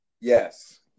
Yes